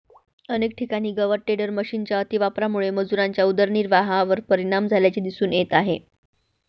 अनेक ठिकाणी गवत टेडर मशिनच्या अतिवापरामुळे मजुरांच्या उदरनिर्वाहावर परिणाम झाल्याचे दिसून येत आहे